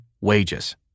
wages